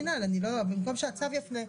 במקום שהצו יפנה,